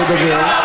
אין דבר כזה.